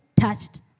touched